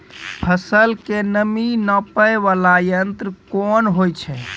फसल के नमी नापैय वाला यंत्र कोन होय छै